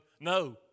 No